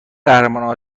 قهرمان